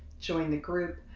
join the group,